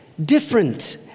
different